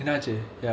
என்னாச்சு:ennaachu